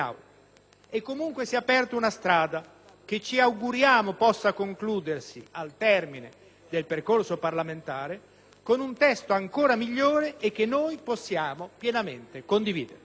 Comunque, si è aperta una strada che ci auguriamo possa concludersi, al termine del percorso parlamentare, con un testo ancora migliore, che possiamo pienamente condividere.